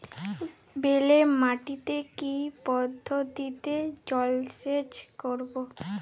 বেলে মাটিতে কি পদ্ধতিতে জলসেচ করব?